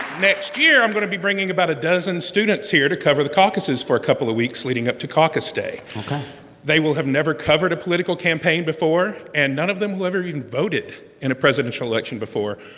next year, i'm going to be bringing about a dozen students here to cover the caucuses for a couple of weeks leading up to caucus day ok they will have never covered a political campaign before, and none of them will have ever even voted in a presidential election before.